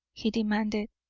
he demanded.